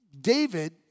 David